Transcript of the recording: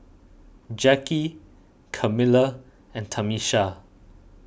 Jacki Camila and Tamisha